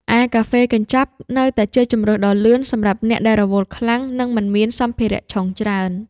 ឯកាហ្វេកញ្ចប់ នៅតែជាជម្រើសដ៏លឿនសម្រាប់អ្នកដែលរវល់ខ្លាំង និងមិនមានសម្ភារៈឆុងច្រើន។